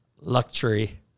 luxury